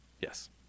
Yes